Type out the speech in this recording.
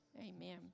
Amen